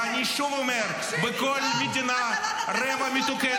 עם כל הכבוד --- את נאמת וסביבך אנשים רעולי פנים עם נשק ארוך,